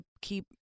keep